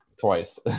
Twice